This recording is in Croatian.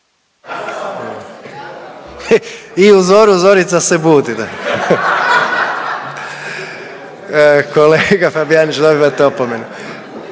I u zoru Zorica se budi da. Kolega Fabijanić dobivate opomenu.